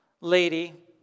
lady